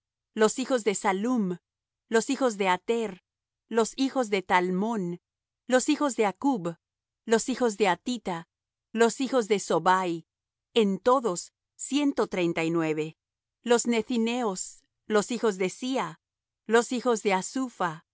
los hijos de sallum los hijos de ater los hijos de talmón los hijos de accub los hijos de hatita los hijos de sobai en todos ciento treinta y nueve los nethineos los hijos de siha los hijos de